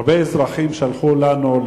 הרבה אזרחים שלחו לנו,